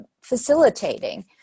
facilitating